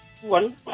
One